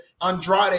Andrade